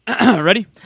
Ready